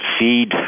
feed